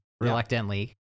reluctantly